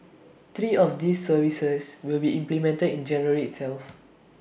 three of these services will be implemented in January itself